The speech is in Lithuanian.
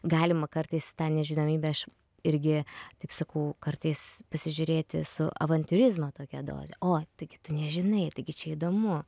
galima kartais tą nežinomybę aš irgi taip sakau kartais pasižiūrėti su avantiūrizmo tokia doze o taigi tu nežinai taigi čia įdomu